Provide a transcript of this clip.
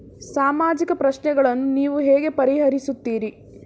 ಸಾಮಾಜಿಕ ಪ್ರಶ್ನೆಗಳನ್ನು ನೀವು ಹೇಗೆ ಪರಿಹರಿಸುತ್ತೀರಿ?